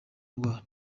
ndwara